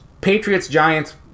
Patriots-Giants